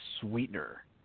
sweetener